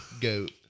Goat